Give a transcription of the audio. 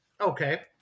Okay